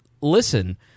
listen